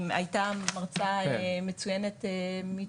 הייתה לנו גם מרצה מצוינת מטעם.